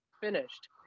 finished